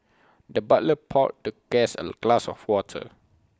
the butler poured the guest A glass of water